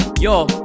Yo